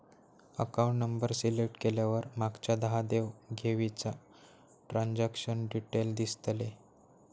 account number select केल्यावर मागच्या दहा देव घेवीचा ट्रांजॅक्शन डिटेल दिसतले